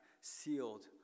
sealed